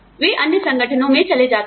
वे अन्य संगठनों में चले जाते हैं